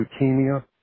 leukemia